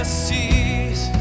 seas